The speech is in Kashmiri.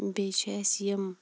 بیٚیہِ چھِ اَسہِ یِم